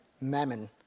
mammon